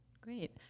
great